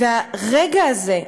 והרגע הזה,